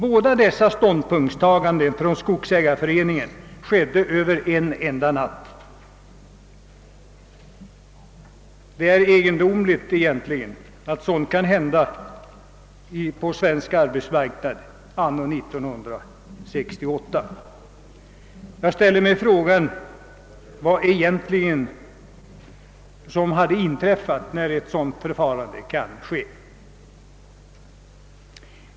Båda dessa helt olika ståndpunkter fattade skogsägareföreningen över en enda natt. Det är egendomligt att sådant kan hända på den svenska arbetsmarknaden 1968. Vad hade egentligen inträffat som förmådde =:skogsägareföreningen = att handla på detta sätt?